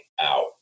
out